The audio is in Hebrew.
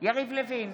יריב לוין,